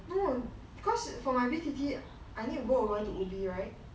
no because for my bet I need to go over to right